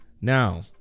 Now